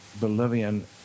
Bolivian